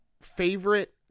favorite –